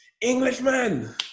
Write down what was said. Englishman